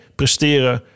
presteren